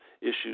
issues